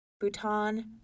Bhutan